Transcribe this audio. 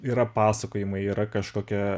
yra pasakojimai yra kažkokia